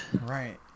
Right